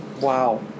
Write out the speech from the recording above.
Wow